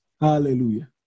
Hallelujah